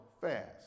fast